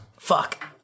Fuck